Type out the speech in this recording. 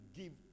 give